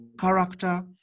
character